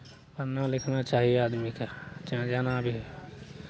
पढ़ना लिखना चाही आदमीकेँ चाहे जेना भी